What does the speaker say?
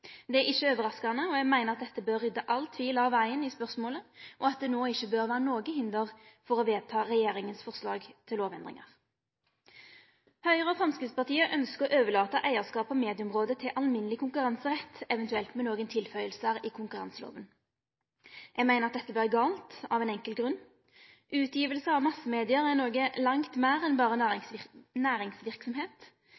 Det er ikkje overraskande. Eg meiner at det bør rydde all tvil av vegen i spørsmålet, og at det no ikkje bør vere noko hinder for å vedta regjeringa sitt forslag til lovendringar. Høgre og Framstegspartiet ønsker å overlate eigarskapet på medieområdet til alminneleg konkurranserett, eventuelt med nokre tillegg i konkurranseloven. Eg meiner at dette vert galt, av ein enkel grunn: Utgiving av massemedia er noko langt meir enn berre